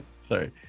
sorry